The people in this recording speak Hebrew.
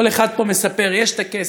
כל אחד פה מספר: יש כסף,